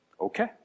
okay